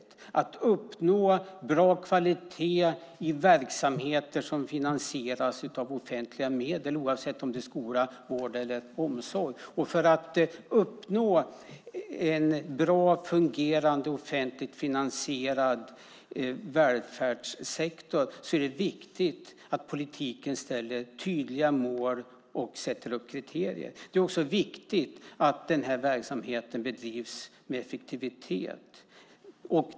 Det handlar om att uppnå bra kvalitet i verksamheter som finansieras med offentliga medel antingen det är skola, vård eller omsorg. För att uppnå en bra fungerande offentligt finansierad välfärdssektor är det viktigt att politiken ställer tydliga mål och sätter upp kriterier. Det är också viktigt att verksamheten bedrivs med effektivitet.